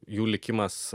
jų likimas